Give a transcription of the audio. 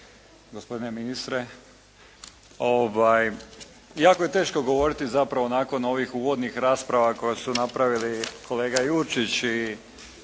gospodine ministre. Jako je teško govoriti zapravo nakon ovih uvodnih rasprava koje su napravili kolega Jurčić i